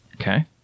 Okay